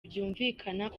byumvikana